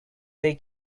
they